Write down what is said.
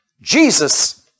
Jesus